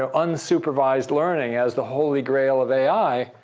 ah unsupervised learning as the holy grail of ai,